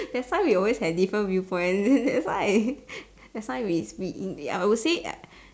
that's why we always had different viewpoint then that's why that's why we we in in I would say